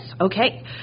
okay